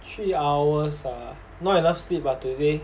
three hours ah not enough sleep ah today